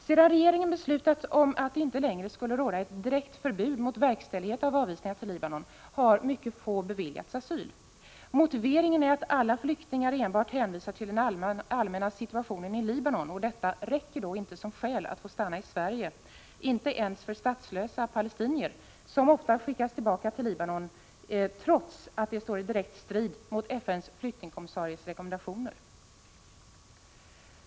Sedan regeringen beslutade om att det inte längre skulle råda ett direkt förbud mot verkställighet av avvisningar till Libanon har mycket få beviljats asyl. Motiveringen är att alla flyktingar enbart hänvisar till den allmänna situationen i Libanon, och det räcker inte som skäl för att få stanna i Sverige, inte ens för statslösa palestinier som ofta skickas tillbaka till Libanon trots att detta står i direkt strid med FN:s flyktingkommissaries rekommendationer.